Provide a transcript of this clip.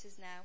now